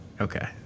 Okay